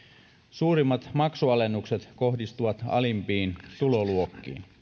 suurimmat maksualennukset kohdistuvat alimpiin tuloluokkiin